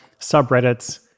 subreddits